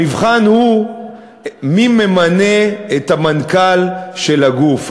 המבחן הוא מי ממנה את המנכ"ל של הגוף.